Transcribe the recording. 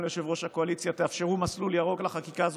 גם ליושב-ראש הקואליציה: אפשרו מסלול ירוק לחקיקה הזאת,